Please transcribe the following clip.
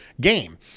game